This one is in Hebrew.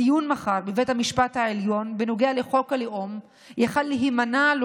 הדיון מחר בבית המשפט העליון בנוגע לחוק הלאום היה יכול להימנע לו